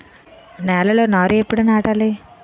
నేలలో నారు ఎప్పుడు నాటాలి?